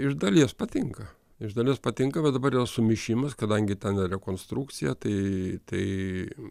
iš dalies patinka iš dalies patinka bet dabar yra sumišimas kadangi ten ir rekonstrukcija tai tai